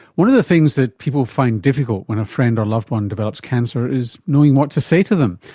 one of the things that people find difficult when a friend or loved one develops cancer is knowing what to say to them.